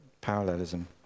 parallelism